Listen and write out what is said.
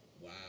Wow